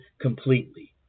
completely